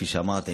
כפי שאמרתי,